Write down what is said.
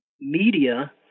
media